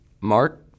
Mark